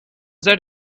that